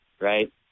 right